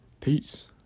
Peace